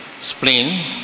spleen